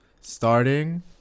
starting